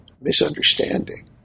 misunderstanding